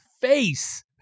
face